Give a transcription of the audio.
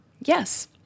Yes